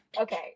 okay